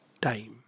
time